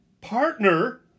partner